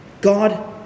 God